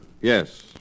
Yes